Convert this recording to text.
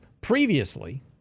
previously –